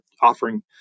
offering